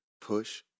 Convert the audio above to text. push